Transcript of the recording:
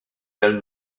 elle